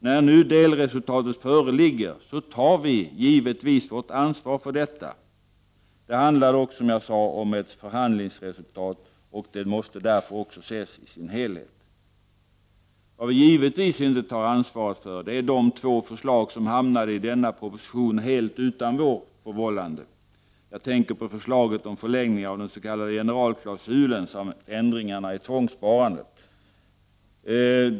När nu delresultatet föreligger tar vi givetvis vårt ansvar för detta. Det handlar dock som jag sade om ett förhandlingsresultat, och det måste därför ses som en helhet. Vad vi givetvis inte tar ansvar för är de två förslag som hamnade i denna proposition utan vårt förvållande. Jag tänker på förslaget om förlängning av den s.k. generalklausulen och på ändringarna i tvångssparandet.